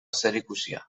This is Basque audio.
zerikusia